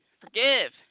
forgive